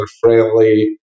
friendly